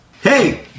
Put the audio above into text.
Hey